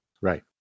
right